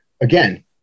again